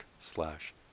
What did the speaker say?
slash